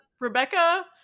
Rebecca